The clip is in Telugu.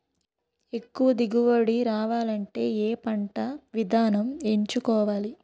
ఎక్కువ దిగుబడి రావాలంటే ఏ పంట విధానం ఎంచుకోవాలి?